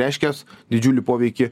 reiškias didžiulį poveikį